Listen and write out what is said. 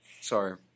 sorry